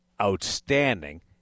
outstanding